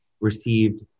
received